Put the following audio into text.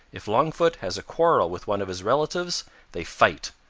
if longfoot has a quarrel with one of his relatives they fight,